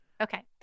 Okay